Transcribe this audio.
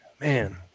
man